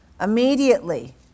Immediately